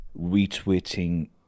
retweeting